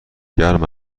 گرم